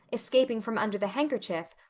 escaping from under the handkerchief,